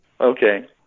Okay